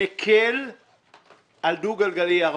מקל על דו גלגלי ירוק.